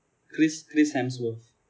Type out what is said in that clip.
chris chris hemsworth